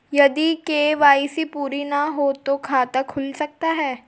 यदि के.वाई.सी पूरी ना हो तो खाता खुल सकता है?